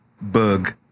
Bug